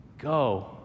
go